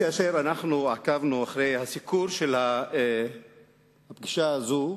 כאשר אנחנו עקבנו אחרי הסיקור של הפגישה הזאת,